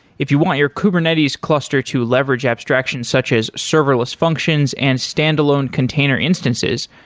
if you want your kubernetes cluster to leverage abstraction such as serverless functions and standalone container instances,